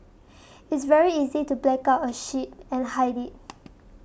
it's very easy to black out a ship and hide it